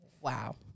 wow